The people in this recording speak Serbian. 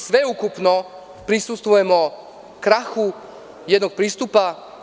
Sveukupno, prisustvujemo krahu jednog pristupa.